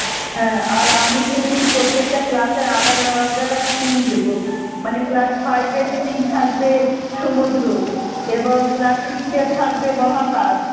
হ্যাঁ আর আমি ভেবেছি প্রত্যেকটা ক্লাসে আলাদা আলাদা থিম দেবো মানে ক্লাস ফাইভের থিম থাকবে সমুদ্র এবং ক্লাস সিক্সের থাকবে মহাকাশ